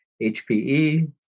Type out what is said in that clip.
HPE